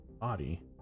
body